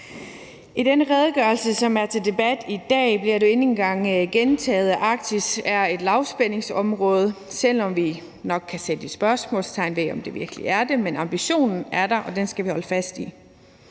I denne redegørelse, som er til debat i dag, bliver det endnu en gang gentaget, at Arktis er et lavspændingsområde, selv om vi nok kan sætte spørgsmålstegn ved, om det virkelig er det. Men ambitionen er der, og den skal vi holde fast i.